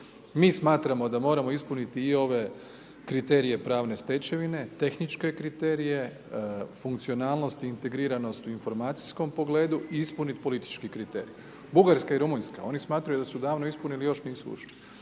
Mi smatramo da moramo ispuniti i ove kriterije pravne stečevine, tehničke kriterije, funkcionalnost i integriranost u informacijskom pogledu i ispunit politički kriterij. Bugarska i Rumunjska oni smatraju da su davno ispunili još nisu ušli.